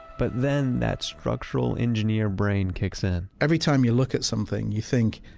but then that structural engineer brain kicks in every time you look at something, you think,